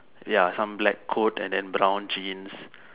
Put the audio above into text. ya some black coat and then brown jeans